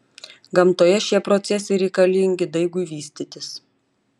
gamtoje šie procesai reikalingi daigui vystytis